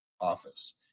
office